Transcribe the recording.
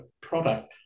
product